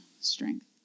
strength